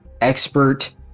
expert